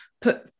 Put